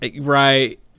Right